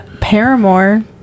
Paramore